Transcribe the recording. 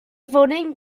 voting